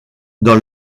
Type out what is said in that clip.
dans